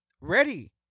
ready